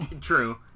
true